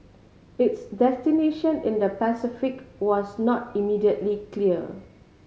its destination in the Pacific was not immediately clear